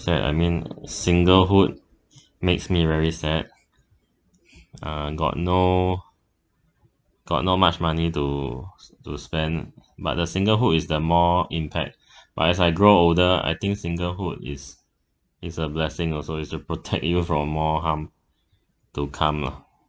sad I mean singlehood makes me very sad uh got no got not much money to to spend but the singlehood is the more impact but as I grow older I think singlehood is is a blessing also is to protect you from more harm to come lah